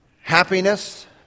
happiness